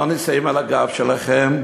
לא נישאים על הגב שלכם,